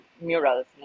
murals